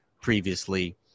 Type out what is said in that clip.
previously